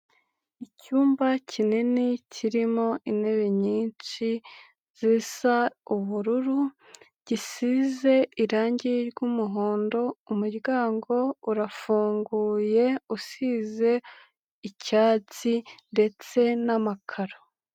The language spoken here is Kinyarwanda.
Icyumba kinini, kirimo intebe nyinshi, zisa ubururu, gisize irangi ry'umuhondo, umuryango urafunguye, usize icyatsi ndetse n'amakaro.